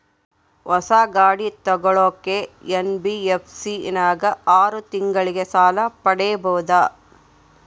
ಹೊಸ ಗಾಡಿ ತೋಗೊಳಕ್ಕೆ ಎನ್.ಬಿ.ಎಫ್.ಸಿ ನಾಗ ಆರು ತಿಂಗಳಿಗೆ ಸಾಲ ಪಡೇಬೋದ?